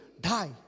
die